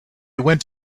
went